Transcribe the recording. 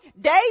Dave